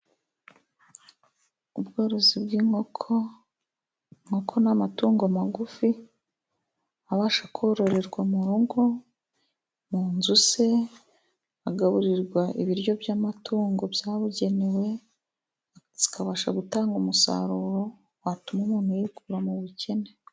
Ubworozi bw'inkoko inkoko n'amatungo magufi abasha kororerwa mu rugo mu nzu se agaburirwa ibiryo by'amatungo byabugenewe zikabasha gutanga umusaruro watuma umuntu yikura mu bukene